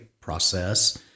process